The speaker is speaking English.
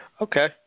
Okay